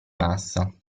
massa